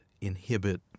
inhibit